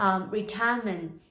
retirement